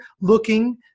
looking